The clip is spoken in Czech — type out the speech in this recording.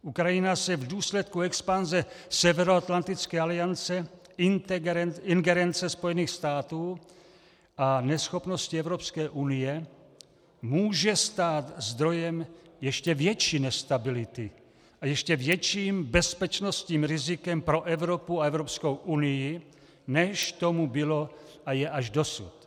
Ukrajina se v důsledku expanze Severoatlantické aliance, ingerence Spojených států a neschopnosti Evropské unie může stát zdrojem ještě větší nestability a ještě větším bezpečnostním rizikem pro Evropu a Evropskou unii, než tomu bylo a je až dosud.